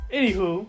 anywho